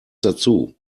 dazu